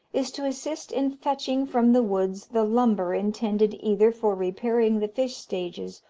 is to assist in fetching from the woods the lumber intended either for repairing the fish stages,